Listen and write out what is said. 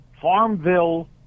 Farmville